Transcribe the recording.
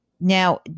Now